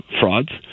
frauds